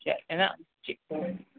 check है ना ठीक है